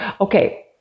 okay